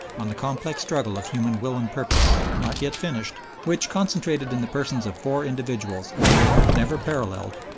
on the complex struggle of human will and purpose, not yet finished, which, concentrated in the persons of four individuals in a manner never paralleled,